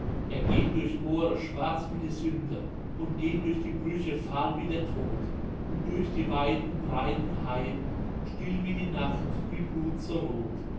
er geht durch moore schwarz wie die sünde und geht durch die brüche fahl wie der tod und durch die weiten breiten heiden still wie die nacht wie blut so rot